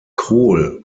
kohl